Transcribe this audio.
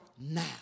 now